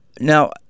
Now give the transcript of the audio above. Now